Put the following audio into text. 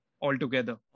altogether